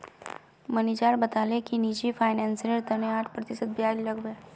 manager बताले कि निजी फिनांसेर तने आठ प्रतिशत ब्याज लागबे